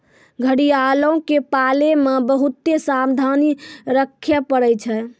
घड़ियालो के पालै मे बहुते सावधानी रक्खे पड़ै छै